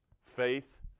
faith